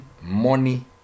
money